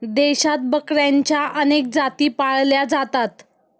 देशात बकऱ्यांच्या अनेक जाती पाळल्या जातात